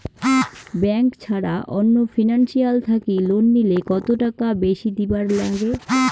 Bank ছাড়া অন্য financial থাকি লোন নিলে কতটাকা বেশি দিবার নাগে?